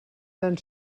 tan